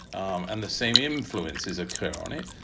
um and the same influences occur on it.